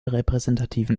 repräsentativen